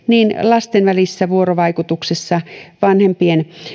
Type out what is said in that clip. niin lasten välisessä vuorovaikutuksessa vanhempien